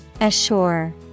Assure